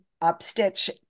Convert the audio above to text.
Upstitch